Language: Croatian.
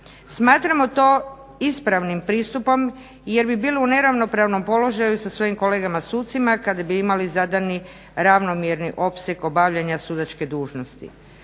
Smatramo to ispravnim pristupom jer bi bili u neravnopravnom položaju sa svojim kolegama sucima kada bi imali zadani ravnomjerni opseg obavljanja sudačke dužnosti.